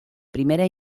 primera